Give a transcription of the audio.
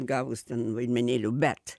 gavus ten vaidmenėlių bet